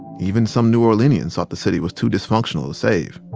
even some new orleanians thought the city was too dysfunctional to save